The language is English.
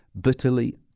bitterly